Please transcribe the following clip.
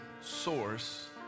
source